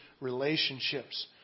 relationships